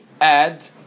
add